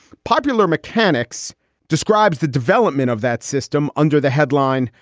popular mechanics describes the development of that system under the headline.